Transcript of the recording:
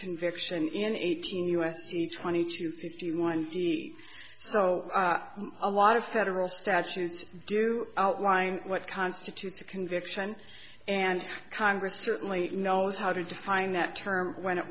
conviction in eighteen u s c twenty two fifty one so a lot of federal statutes do outline what constitutes a conviction and congress certainly knows how to define that term when it